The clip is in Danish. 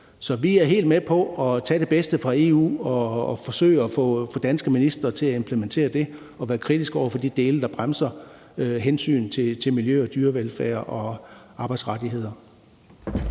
Så vi er helt med på at tage det bedste fra EU og forsøge at få danske ministre til at implementere det og være kritiske over for de dele, der bremser hensynet til miljø og dyrevelfærd og arbejdsrettigheder.